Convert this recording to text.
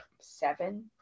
seven